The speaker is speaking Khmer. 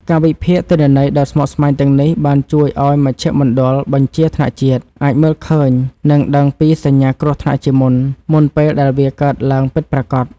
ការវិភាគទិន្នន័យដ៏ស្មុគស្មាញទាំងនេះ បានជួយឱ្យមជ្ឈមណ្ឌលបញ្ជាថ្នាក់ជាតិ អាចមើលឃើញ និងដឹងពីសញ្ញាគ្រោះថ្នាក់ជាមុន មុនពេលដែលវាកើតឡើងពិតប្រាកដ។